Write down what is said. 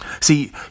See